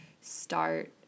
start